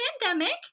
pandemic